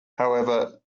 however